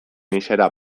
izaera